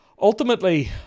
ultimately